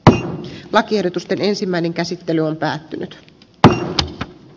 tämän lakiehdotusten ensimmäinen käsittely on menossa